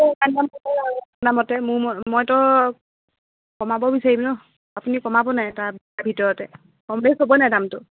আপোনাৰ মতে মোৰ মইতো কমাব বিচাৰিম ন আপুনি কমাব নাই তাৰ ভিতৰতে কম বেচ হ'ব নাই দামটো